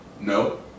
No